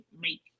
make